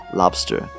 lobster